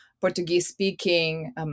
Portuguese-speaking